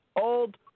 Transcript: old